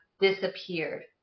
disappeared